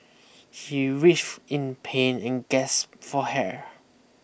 he writhed in pain and gasped for hair